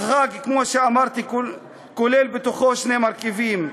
החג, כמו שאמרתי, כולל בתוכו שני מרכיבים.